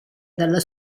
dallo